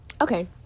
Okay